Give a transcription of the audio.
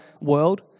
world